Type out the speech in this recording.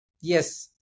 Yes